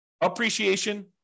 appreciation